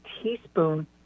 teaspoon